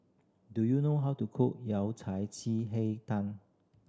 do you know how to cook Yao Cai ji hei tang